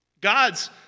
God's